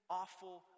awful